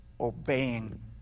obeying